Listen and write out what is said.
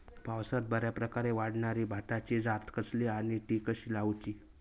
पावसात बऱ्याप्रकारे वाढणारी भाताची जात कसली आणि ती कशी लाऊची?